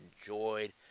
enjoyed